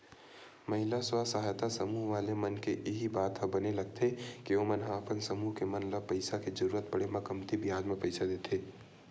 महिला स्व सहायता समूह वाले मन के इही बात ह बने लगथे के ओमन ह अपन समूह के मन ल पइसा के जरुरत पड़े म कमती बियाज म पइसा देथे